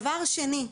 דבר שני: